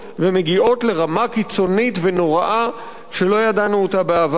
ומגיעות לרמה קיצונית ונוראה שלא ידענו אותה בעבר.